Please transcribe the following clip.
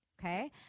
okay